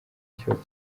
kibazo